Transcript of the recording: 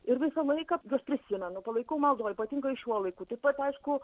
ir visą laiką juos prisimenu palaikau maldoj ypatingai šiuo laiku taip pat aišku